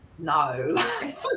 no